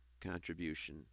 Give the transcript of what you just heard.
contribution